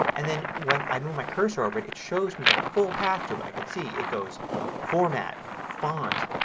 and then when i move my cursor over it, it shows me the full path to it. i can see it goes format, font,